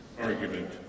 argument